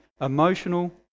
emotional